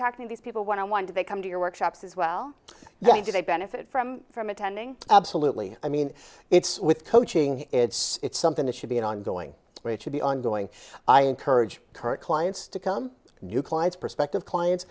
talking to these people when i want to come to your workshops as well that is a benefit from from attending absolutely i mean it's with coaching it's something that should be an ongoing but it should be ongoing i encourage current clients to come to new clients prospective clients